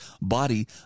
body